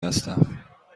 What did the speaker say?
هستم